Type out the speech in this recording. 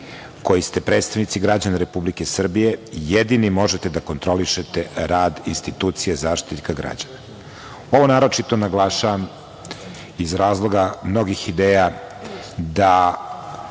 koji ste predstavnici građana Republike Srbije, jedini možete da kontrolišete rad institucije Zaštitnika građana. Ovo naročito naglašavam iz razloga mnogih ideja da